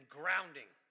grounding